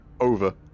over